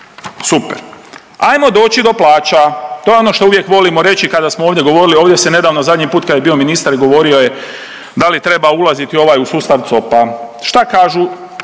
Super. Ajmo doći do plaća, to je ono što uvijek volimo reći kada smo ovdje govorili ovdje se nedavno zadnji put kad je bio ministar govorio je da li treba ulaziti ovaj U sustav COP-a, šta kažu,